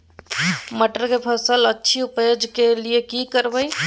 मटर के फसल अछि उपज के लिये की करबै?